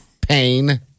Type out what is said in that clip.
Pain